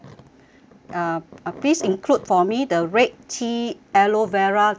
uh please include for me the red tea aloe vera jelly